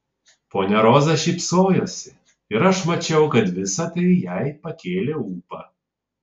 ponia roza šypsojosi ir aš mačiau kad visa tai jai pakėlė ūpą